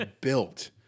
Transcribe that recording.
built